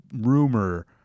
rumor